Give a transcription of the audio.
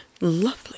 Lovely